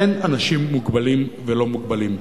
אין אנשים מוגבלים ולא-מוגבלים,